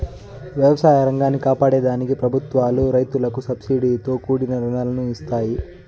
వ్యవసాయ రంగాన్ని కాపాడే దానికి ప్రభుత్వాలు రైతులకు సబ్సీడితో కూడిన రుణాలను ఇస్తాయి